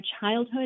childhood